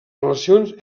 relacions